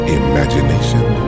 imagination